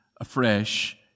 afresh